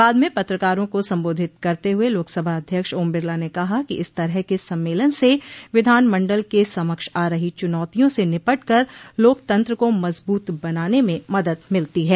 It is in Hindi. बाद में पत्रकारों को संबोधित करते हुए लोकसभा अध्यक्ष ओम बिरला ने कहा कि इस तरह क सम्मेलन से विधानमंडल के समक्ष आ रही चुनौतियों से निपट कर लोकतंत्र को मजबूत बनाने में मदद मिलती है